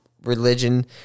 religion